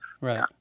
Right